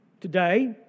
Today